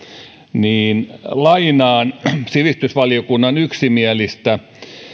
tämän kun lainaan sivistysvaliokunnan yksimielistä